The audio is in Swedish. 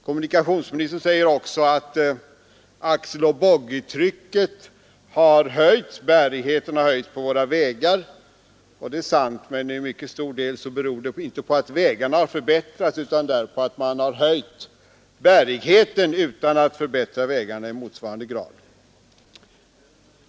Han säger vidare att axeloch boggitrycket har höjts — bärigheten har höjts på våra vägar. Det är sant, men det beror inte endast på att vägarna har förbättrats utan också på att man har höjt bärigheten utan att förbättra vägarna i motsvarande grad.